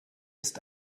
ist